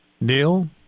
Neil